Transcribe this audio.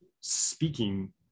speaking